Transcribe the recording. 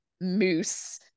moose